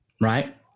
Right